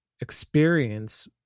experience